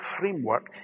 framework